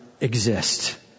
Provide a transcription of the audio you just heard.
exist